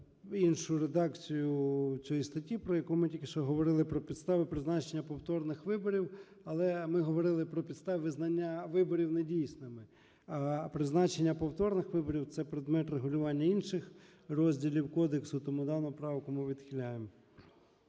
іншу редакцію цієї статті, про яку ми тільки що говорили: про підстави призначення повторних виборів. Але ми говорили про підстави визнання виборів недійсними, а призначення повторних виборів – це предмет регулювання інших розділів кодексу. Тому дану правку ми відхиляємо.